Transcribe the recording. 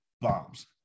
bombs